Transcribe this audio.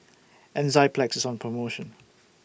Enzyplex IS on promotion